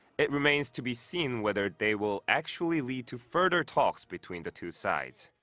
it remains to be seen whether they will actually lead to further talks between the two sides.